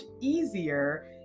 easier